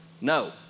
No